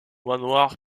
manoir